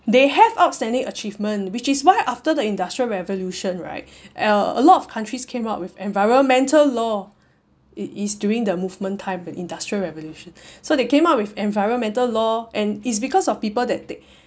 they have outstanding achievement which is why after the industrial revolution right uh a lot of countries came up with environmental law it is during the movement time of industrial revolution so they came up with environmental law and it's because of people that they